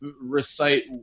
recite